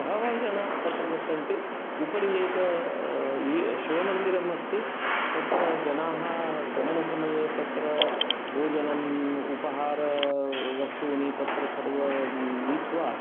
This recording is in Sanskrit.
बहवः जनाः तत्र गच्छन्ति उपरि एकः शिवमन्दिरम् अस्ति तत्र जनाः गमनसमये तत्र भोजनम् उपहारवस्तूनि तत्र सर्वं नीत्वा